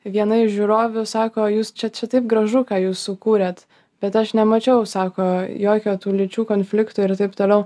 viena iš žiūrovių sako jūs čia čia taip gražu ką jūs sukūrėt bet aš nemačiau sako jokio tų lyčių konflikto ir taip toliau